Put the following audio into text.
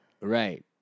Right